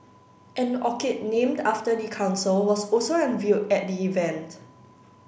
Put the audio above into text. an orchid named after the council was also unveiled at the event